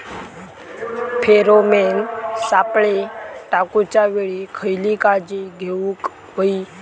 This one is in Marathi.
फेरोमेन सापळे टाकूच्या वेळी खयली काळजी घेवूक व्हयी?